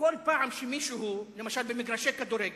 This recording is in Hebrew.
בכל פעם שמישהו, למשל במגרשי כדורגל,